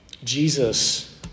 Jesus